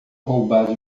roubar